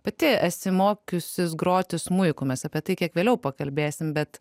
pati esi mokiusis groti smuiku mes apie tai kiek vėliau pakalbėsim bet